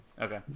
Okay